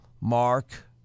Mark